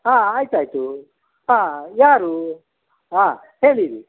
ಹಾಂ ಆಯ್ತು ಆಯಿತು ಹಾಂ ಯಾರು ಆಂ ಹೇಳಿರಿ